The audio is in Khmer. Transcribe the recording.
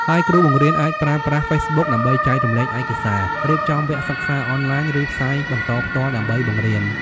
ហើយគ្រូបង្រៀនអាចប្រើប្រាស់ ហ្វេសបុក ដើម្បីចែករំលែកឯកសារ រៀបចំវគ្គសិក្សាអនឡាញ ឬផ្សាយបន្តផ្ទាល់ដើម្បីបង្រៀន។